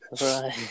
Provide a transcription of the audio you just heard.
Right